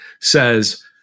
says